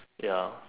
ya